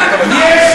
תודה רבה, אדוני.